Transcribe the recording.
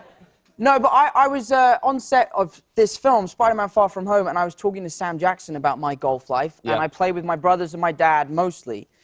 no, but i was ah on set of this film, spider-man far from home, and i was talking to sam jackson about my golf life. yeah and i play with my brothers and my dad, mostly.